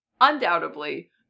undoubtedly